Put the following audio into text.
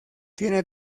tiene